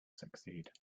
succeed